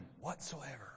whatsoever